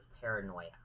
paranoia